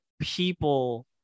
people